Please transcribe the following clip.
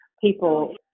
people